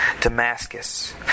Damascus